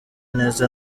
neza